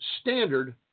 standard